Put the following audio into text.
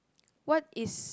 what is